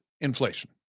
inflation